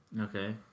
Okay